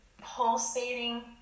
pulsating